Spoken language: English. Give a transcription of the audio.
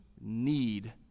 need